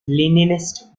leninist